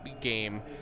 game